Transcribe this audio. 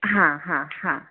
હા હા હા હા